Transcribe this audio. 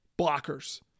Blockers